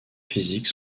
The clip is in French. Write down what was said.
physiques